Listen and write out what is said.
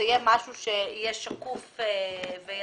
יהיה משהו שיהיה שקוף וידוע.